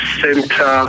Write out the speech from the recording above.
center